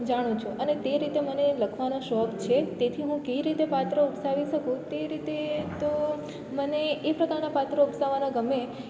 જાણું છું અને તે રીતે મને લખવાનો શોખ છે તેથી હું કઈ રીતે પાત્ર ઉપસાવી શકું તે રીતે તો મને એ પ્રકારનાં પાત્રો ઉપસાવાનાં ગમે